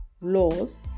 laws